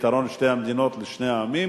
פתרון שתי מדינות לשני עמים,